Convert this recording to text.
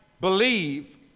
believe